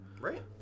Right